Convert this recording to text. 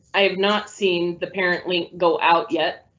i have not seen the parent link go out yet,